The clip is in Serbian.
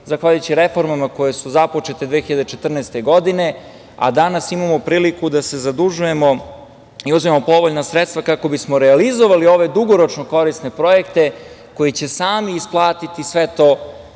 zahvaljujući reformama koje su započete 2014. godine, a danas imamo priliku da se zadužujemo i uzmemo povoljna sredstva, kako bismo realizovali ove dugoročno korisne projekte koji će sami isplatiti sve to